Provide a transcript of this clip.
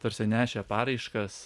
tarsi nešę paraiškas